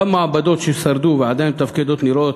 גם מעבדות ששרדו ועדיין מתפקדות נראות